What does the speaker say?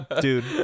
dude